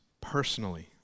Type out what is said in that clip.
personally